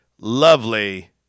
lovely